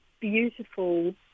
beautiful